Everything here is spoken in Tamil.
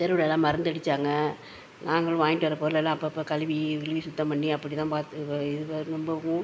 தெருவுலலாம் மருந்தடிச்சாங்க நாங்களும் வாய்ண்ட்டு வர பொருளெல்லாம் அப்பப்போ கழுவி கிழவி சுத்தம் பண்ணி அப்படி தான் பார்த்து வ இது பண் ரொம்பவும்